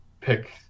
pick